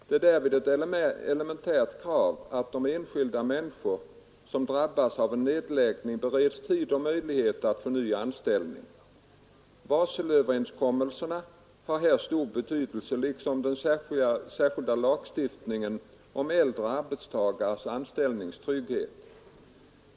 Det är härvid ett elementärt krav att de enskilda människor som drabbas vid en nedläggning bereds tid och möjligheter att få ny anställning. Varselöverenskommelserna har här stor betydelse liksom den särskilda lagstiftningen om äldre arbetstagares anställningstrygghet.